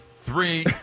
three